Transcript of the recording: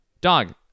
Dog